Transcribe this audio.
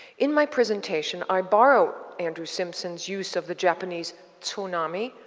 in my presentation i borrow andrew simpson's use of the japanese tsunami,